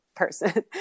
person